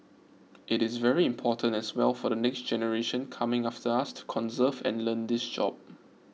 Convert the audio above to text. it is very important as well for the next generation coming after us to conserve and learn this job